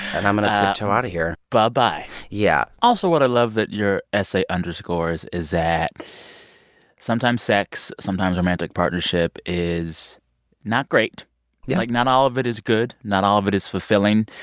and i'm going to tiptoe out of here buh-bye yeah also, what i love that your essay underscores is that sometimes sex, sometimes romantic partnership is not great yeah like, not all of it is good. not all of it is fulfilling.